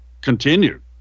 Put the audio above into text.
continued